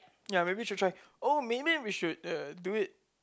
ya maybe you should try oh maybe we should uh do it